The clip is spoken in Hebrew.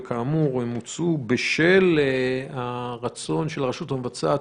וכאמור הן הוצאו בשל הרצון של הרשות המבצעת